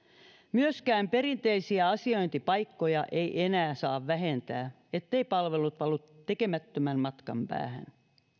myöskään perinteisiä asiointipaikkoja ei enää saa vähentää etteivät palvelut valu tekemättömän matkan päähän